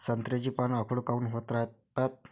संत्र्याची पान आखूड काऊन होत रायतात?